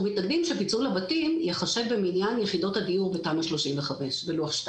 אנחנו מתנגדים שפיצול הבתים ייחשב במניין יחידות הדיור בתמ"א 35 בלוח2,